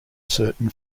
certain